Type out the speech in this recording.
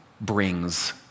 brings